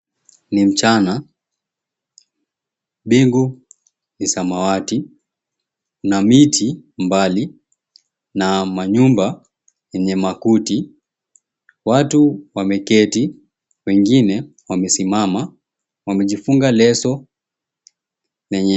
Ni mchana, bingu ni samawati na miti mbali, na manyumba ni makuti. Watu wameketi, wengine wamesimama, wamejifunga leso lenye.